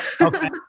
Okay